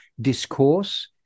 discourse